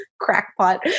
crackpot